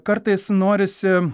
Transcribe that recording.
kartais norisi